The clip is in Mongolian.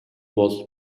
бол